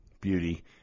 beauty